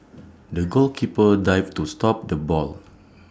the goalkeeper dived to stop the ball